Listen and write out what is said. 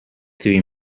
three